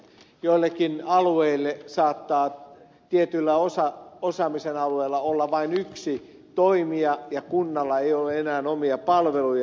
joillakin alueilla saattaa tietyllä osaamisen alueella olla vain yksi toimija ja kunnalla ei ole enää omia palveluja